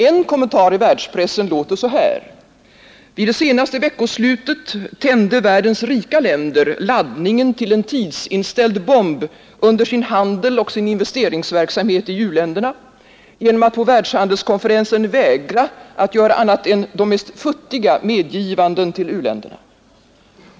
En kommentar i världspressen låter så här: Vid det senaste veckoslutet tände världens rika länder laddningen till en tidsinställd bomb under sin handel och sin investeringsverksamhet i u-länderna genom att på världshandelskonferensen vägra att göra annat än de mest futtiga medgivanden till u-länderna.